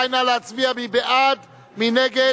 11 בעד, 58 נגד,